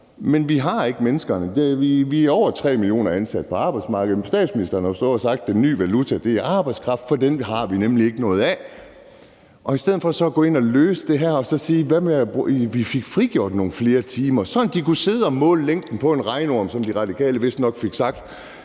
Men vi har ikke menneskene. Vi er over 3 millioner ansatte på arbejdsmarkedet. Statsministeren har stået og sagt, at den nye valuta er arbejdskraft, for den har vi nemlig ikke noget af. I stedet for kunne man gå ind og løse det her og sige: Hvad med at vi fik frigjort nogle flere timer, sådan at de kunne sidde og måle længden på en regnorm – som De Radikale vistnok fik sagt